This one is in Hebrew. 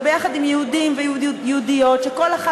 וביחד עם יהודים ויהודיות שכל אחד